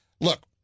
Look